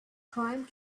climbed